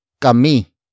kami